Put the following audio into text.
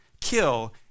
kill